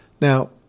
Now